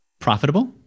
Profitable